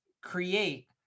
create